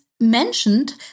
mentioned